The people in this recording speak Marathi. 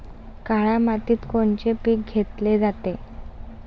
काळ्या मातीत कोनचे पिकं घेतले जाते?